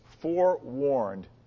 Forewarned